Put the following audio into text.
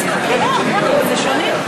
שלוש דקות, גברתי, לרשותך.